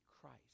Christ